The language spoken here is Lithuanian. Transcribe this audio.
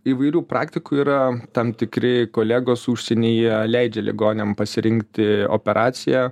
įvairių praktikų yra tam tikri kolegos užsienyje leidžia ligoniam pasirinkti operaciją